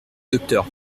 docteur